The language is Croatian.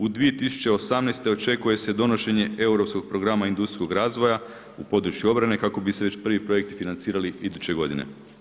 U 2018. očekuje se donošenje europskog programa industrijskog razvoja u području obrane kako bi se već prvi projekti financirali iduće godine.